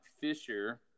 Fisher